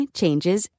changes